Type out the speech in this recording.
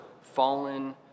fallen